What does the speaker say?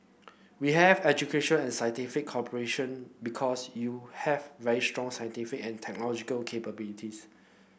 we have education and scientific cooperation because you have very strong scientific and technological capabilities